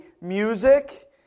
music